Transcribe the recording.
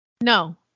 no